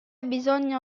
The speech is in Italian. bisogna